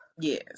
Yes